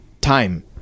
time